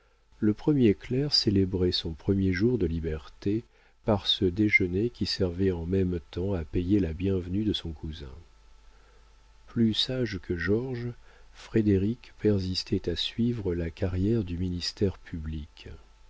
le premier clerc célébrait son premier jour de liberté par ce déjeuner qui servait en même temps à payer la bienvenue de son cousin plus sage que georges frédéric persistait à suivre la carrière du ministère public